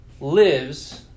lives